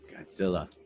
Godzilla